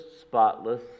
spotless